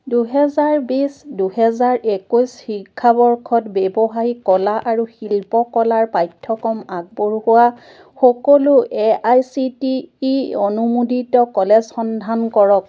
দুহেজাৰ বিশ দুহেজাৰ একৈছ শিক্ষাবৰ্ষত ব্যৱহাৰিক কলা আৰু শিল্পকলাৰ পাঠ্যক্ৰম আগবঢ়োৱা সকলো A I C T E অনুমোদিত কলেজ সন্ধান কৰক